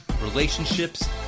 relationships